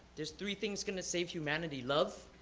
there's three things going to save humanity love,